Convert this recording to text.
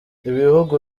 ibihugu